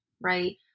right